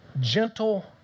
Gentle